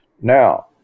Now